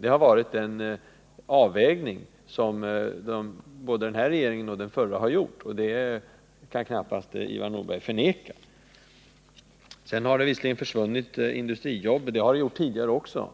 Det har varit en avvägning som både denna regering och den förra har gjort, och det kan Ivar Nordberg knappast förneka. Sedan har det försvunnit industrijobb — flera tiotusental per år. Det har det gjort tidigare också.